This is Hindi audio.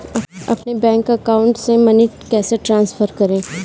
अपने बैंक अकाउंट से मनी कैसे ट्रांसफर करें?